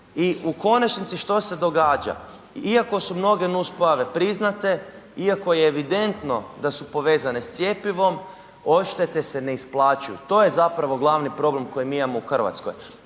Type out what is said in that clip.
I u konačnici što se događa? Iako su mnoge nuspojave priznate, iako je evidentno da se povezane s cjepivom, odštete se ne isplaćuju. To je zapravo glavni problem koji mi imamo u Hrvatskoj.